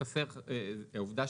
כי העובדה